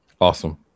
Awesome